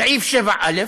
סעיף 7א,